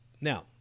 now